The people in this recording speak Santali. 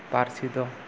ᱯᱟᱹᱨᱥᱤ ᱫᱚ